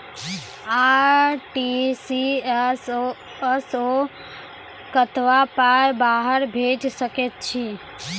RTGS सअ कतबा पाय बाहर भेज सकैत छी?